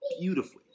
beautifully